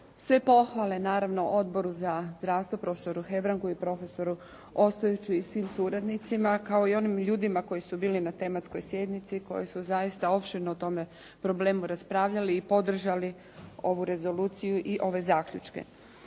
Sve pohvale naravno Odboru za zdravstvo, profesoru Hebrangu i profesoru Ostojiću i svim suradnicima kao i onim ljudima koji su bili na tematskoj sjednici koji su zaista opširno o tome problemu raspravljali i podržali ovu rezoluciju i ove zaključke.